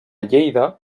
lleida